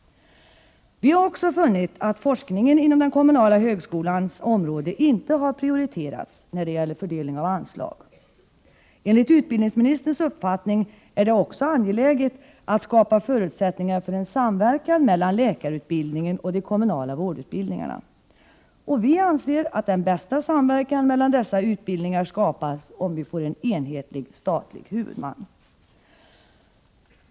Vi har också funnit att forskningen inom den kommunala högskolans område inte har prioriterats när det gäller fördelning av anslag. Enligt utbildningsministerns uppfattning är det också angeläget att skapa förutsättningar för en samverkan mellan läkarutbildningen och de kommunala vårdutbildningarna. Vi anser att den bästa samverkan mellan dessa utbildningar skapas, om de får en enhetlig statlig huvudman.